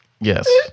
Yes